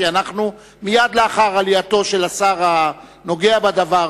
כי מייד לאחר עלייתו של השר הנוגע בדבר